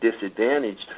disadvantaged